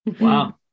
Wow